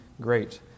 great